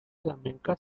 flamenca